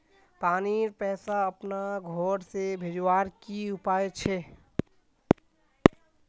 पानीर पैसा अपना घोर से भेजवार की उपाय छे?